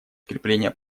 укрепления